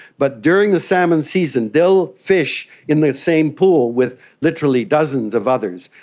but during the salmon season they will fish in the same pool with literally dozens of others.